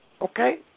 Okay